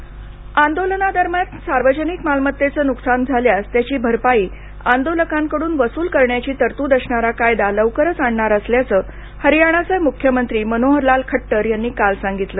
हरियाना कायदा आंदोलना दरम्यान सार्वजनिक मालमत्तेचं नुकसान झाल्यास त्याची भरपाई आंदोलकांकडून वसूल करण्याची तरतूद असणारा कायदा लवकर आणणार असल्याचं हरियानाचे मुख्यमंत्री मनोहरलाल खट्टर यांनी काल सांगितलं